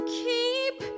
keep